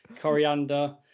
coriander